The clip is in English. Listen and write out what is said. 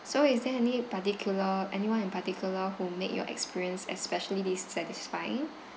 so is there any particular anyone in particular who make your experience especially this satisfying